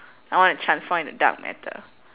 I want to transform into dark matter